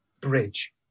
bridge